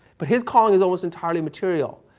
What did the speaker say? but his calling is almost entirely material.